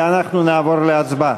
ואנחנו נעבור להצבעה.